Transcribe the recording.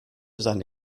seine